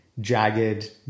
jagged